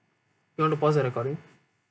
you want to pause the recording